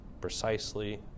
precisely